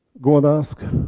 go and ask.